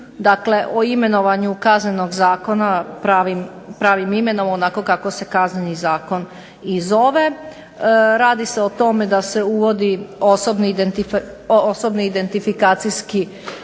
dakle o imenovanju Kaznenog zakona pravim imenom onako kako se Kazneni zakon i zove. Radi se o tome da se uvodi osobni identifikacijski